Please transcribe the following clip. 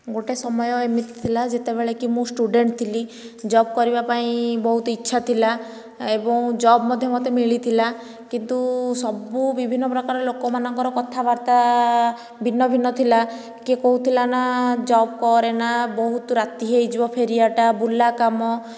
ଗୋଟିଏ ସମୟ ଏମିତି ଥିଲା ଯେତେବେଳେ କି ମୁଁ ଷ୍ଟୁଡେଣ୍ଟ୍ ଥିଲି ଜବ କରିବା ପାଇଁ ବହୁତ ଇଛା ଥିଲା ଏବଂ ଜବ ମଧ୍ୟ ମୋତେ ମିଳିଥିଲା କିନ୍ତୁ ସବୁ ବିଭିନ୍ନ ପ୍ରକାରର ଲୋକମାନଙ୍କର କଥାବାର୍ତ୍ତା ଭିନ୍ନ ଭିନ୍ନ ଥିଲା କିଏ କହୁଥିଲା ନା ଜବ କରେନା ବହୁତ ରାତି ହୋଇଯିବ ଫେରିବାଟା ବୁଲା କାମ